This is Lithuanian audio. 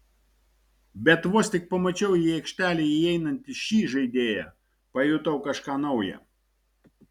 bet vos tik pamačiau į aikštelę įeinantį šį žaidėją pajutau kažką nauja